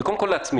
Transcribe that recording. קודם כול לעצמי,